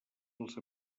els